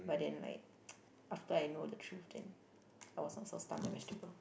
but then like after I know the truth then I was not so stun like vegetable